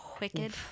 Wicked